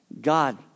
God